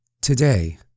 Today